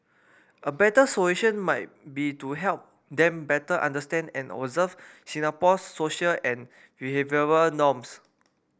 a better solution might be to help them better understand and observe Singapore's social and behavioural norms